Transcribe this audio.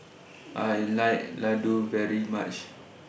I like Ladoo very much